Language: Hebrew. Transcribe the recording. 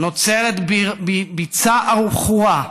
נוצרת ביצה עכורה,